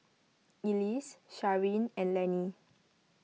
Ellis Sharyn and Lanny